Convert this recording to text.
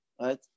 right